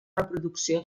reproducció